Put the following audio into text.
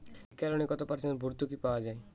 শিক্ষা লোনে কত পার্সেন্ট ভূর্তুকি পাওয়া য়ায়?